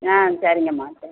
ஆ சரிங்கம்மா சரி